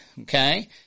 okay